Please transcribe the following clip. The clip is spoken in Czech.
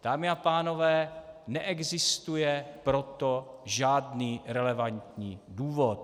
Dámy a pánové, neexistuje pro to žádný relevantní důvod.